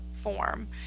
form